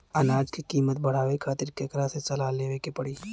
अनाज क कीमत बढ़ावे खातिर केकरा से सलाह लेवे के पड़ी?